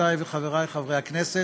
חברותיי וחבריי חברי הכנסת,